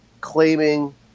claiming